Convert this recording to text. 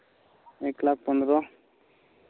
ᱮᱠ ᱞᱟᱠᱷ ᱯᱚᱱᱨᱚ